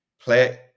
play